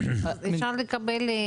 אפשר לקבל?